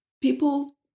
people